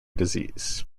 disease